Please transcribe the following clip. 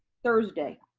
thursday.